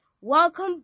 Welcome